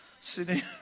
Sydney